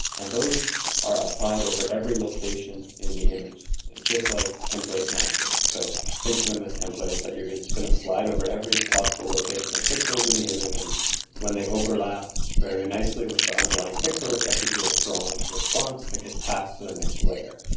and those are applied over every location in the image just like template matching. so think of them as templates that you're just going to slide over every possible location of pixels in the image and when they overlap very nicely with the underlying pixels that gives you a strong response that gets passed to the next layer.